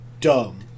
Dumb